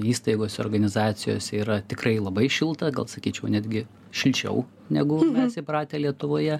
įstaigose organizacijose yra tikrai labai šilta gal sakyčiau netgi šilčiau negu mes įpratę lietuvoje